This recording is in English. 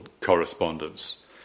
correspondence